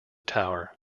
tower